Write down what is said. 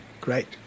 Great